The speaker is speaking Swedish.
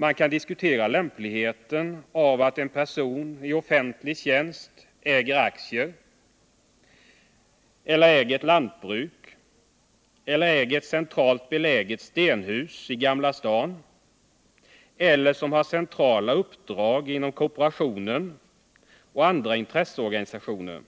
Man kan diskutera lämpligheten av att en person i offentlig tjänst äger aktier, äger ett lantbruk, äger ett centralt beläget stenhus i Gamla stan eller har centrala uppdrag inom kooperationen och andra intresseorganisationer,